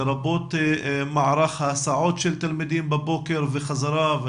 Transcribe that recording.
לרבות מערך ההסעות של תלמידים בבוקר וחזרה.